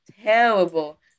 terrible